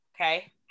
okay